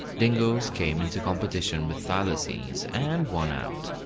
dingos came into competition with thylacines and won out.